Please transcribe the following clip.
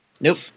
Nope